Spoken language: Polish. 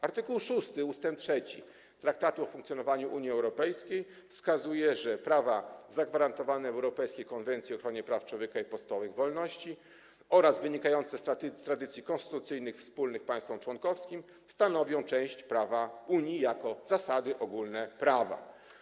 Art. 6 ust. 3 Traktatu o funkcjonowaniu Unii Europejskiej wskazuje, że prawa zagwarantowane w Europejskiej Konwencji o Ochronie Praw Człowieka i Podstawowych Wolności oraz wynikające z tradycji konstytucyjnych wspólnych państwom członkowskim stanowią część prawa Unii jako zasady ogólne prawa.